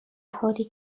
حالی